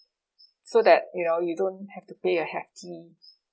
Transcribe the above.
so that you know you don't have to pay a hefty